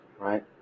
Right